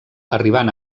arribant